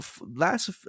Last